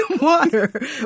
water